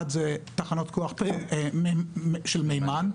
אחד זה תחנות כוח של מימן,